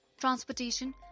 transportation